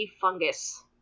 fungus